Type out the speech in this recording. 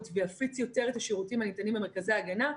ויפיץ יותר את השירותים שניתנים במרכזי ההגנה,